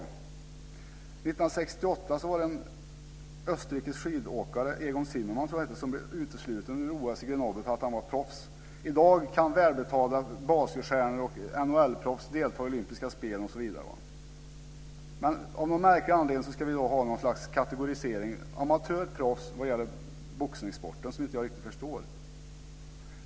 1968 var det en österrikisk skidåkare - Egon Zimmermann, tror jag att han hette - som blev utesluten ur OS i Grenoble för att han var proffs. I dag kan välbetalda basketstjärnor och NHL-proffs delta i Olympiska spelen, osv. Av någon märklig anledning ska vi ha något slags kategorisering av amatörer och proffs vad gäller boxningssporten som jag inte riktigt förstår.